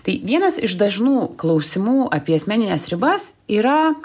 tai vienas iš dažnų klausimų apie asmenines ribas yra